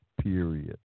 period